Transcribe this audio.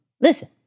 listen